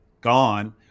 gone